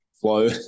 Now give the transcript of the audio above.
flow